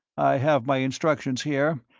i have my instructions here,